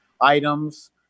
items